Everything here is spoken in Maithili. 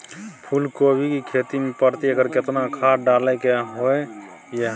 फूलकोबी की खेती मे प्रति एकर केतना खाद डालय के होय हय?